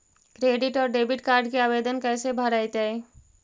Credit और debit card के आवेदन कैसे भरैतैय?